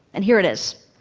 and here it is.